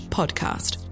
podcast